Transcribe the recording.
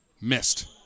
Missed